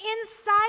inside